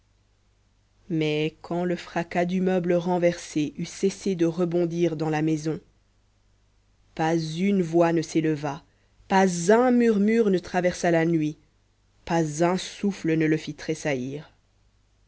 mais quand le fracas du meuble renversé eut cessé de rebondir dans la maison pas une voix ne s'éleva pas un murmure ne traversa la nuit pas un souffle ne le fit